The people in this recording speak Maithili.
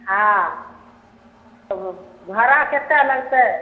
हाँ भाड़ा कत्तेक लगतै